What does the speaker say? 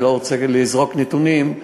אני לא רוצה לזרוק נתונים,